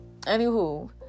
anywho